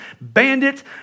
bandits